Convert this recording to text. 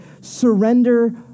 surrender